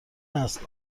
است